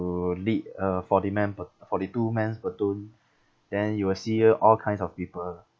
to lead a forty member forty two mens per tonne then you will see here all kinds of people